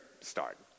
start